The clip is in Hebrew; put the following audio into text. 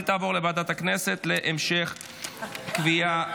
בעד, שמונה,